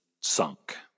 sunk